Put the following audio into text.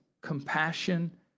compassion